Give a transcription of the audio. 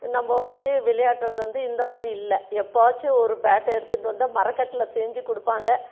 நம்ப வந்துட்டு விளையாடுறது வந்து இந்த மாதிரி இல்லை எப்போவாச்சும் ஒரு பேட்டை எடுத்துகிட்டு வந்து மரக்கட்டையில் செஞ்சு கொடுப்பாங்க